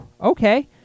Okay